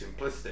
simplistic